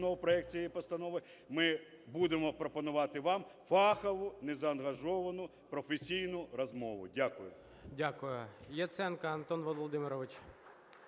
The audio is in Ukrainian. проект цієї постанови, ми будемо пропонувати вам фахову незаангажовану професійну розмову. Дякую.